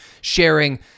sharing